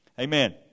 Amen